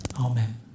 Amen